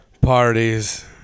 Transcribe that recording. parties